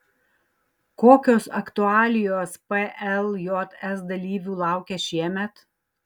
kokios aktualijos pljs dalyvių laukia šiemet